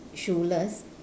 shoeless